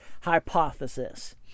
hypothesis